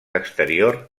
exterior